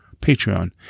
Patreon